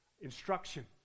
instruction